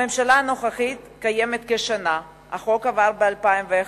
הממשלה הנוכחית קיימת כשנה, החוק עבר ב-2001,